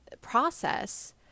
process